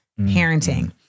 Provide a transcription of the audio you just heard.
parenting